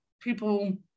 people